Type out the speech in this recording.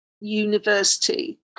university